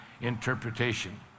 interpretation